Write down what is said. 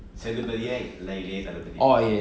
sethupathi illayathalapathi